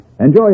Enjoy